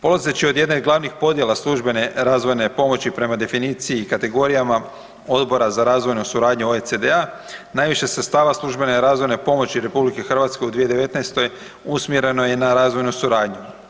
Polazeći od jedne od glavnih podjela službene razvojne pomoći prema definiciji i kategorijama odbora za razvojnu suradnju, OECD-a, najviše sredstava službene razvojne pomoći RH u 2019. usmjereno je na razvojnu suradnju.